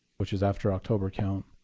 which is after october count,